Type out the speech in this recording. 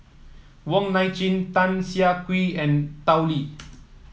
Wong Nai Chin Tan Siah Kwee and Tao Li